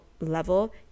level